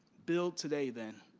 build today, then,